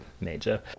major